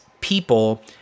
people